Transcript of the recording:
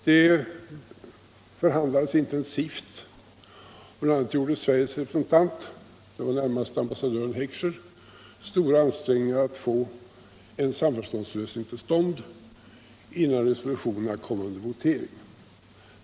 Det förhandlades intensivt, och bl.a. gjorde Sveriges representant, närmast ambassadören Heckscher, stora ansträngningar för att få en samförståndslösning till stånd innan resolutionerna kom under votering.